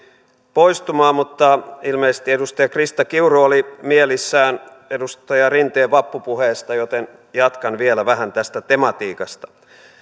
poistumaan mutta ilmeisesti edustaja krista kiuru oli mielissään edustaja rinteen vappupuheesta joten jatkan vielä vähän tästä tematiikasta